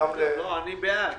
אני בעד.